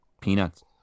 peanuts